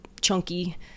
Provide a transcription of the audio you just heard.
chunky